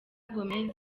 gomez